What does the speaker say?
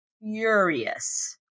furious